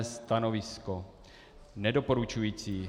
Stanovisko nedoporučující.